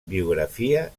biografia